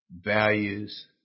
values